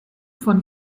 von